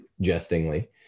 jestingly